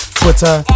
twitter